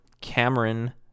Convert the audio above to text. Cameron